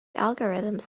algorithms